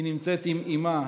היא נמצאת עם אימה,